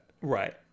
Right